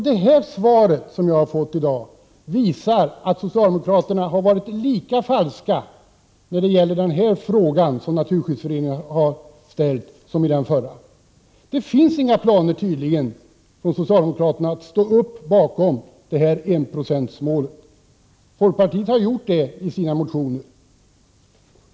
Det svar som jag har fått i dag visar att socialdemokraterna har varit lika falska beträffande denna fråga som Naturskyddsföreningen har ställt som beträffande den förra. Det finns tydligen inga planer från socialdemokraternas sida på att ställa upp bakom enprocentsmålet. Folkpartiet har gjort det i sina motioner.